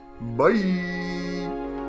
Bye